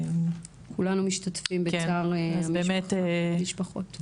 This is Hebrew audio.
כולנו משתתפים בצער המשפחות.